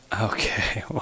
Okay